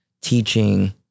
teaching